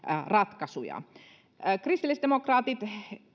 ratkaisuja me kristillisdemokraatit